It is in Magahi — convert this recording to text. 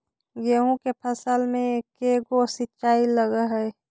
गेहूं के फसल मे के गो सिंचाई लग हय?